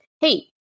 hey